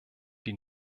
die